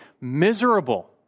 miserable